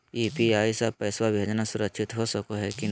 UPI स पैसवा भेजना सुरक्षित हो की नाहीं?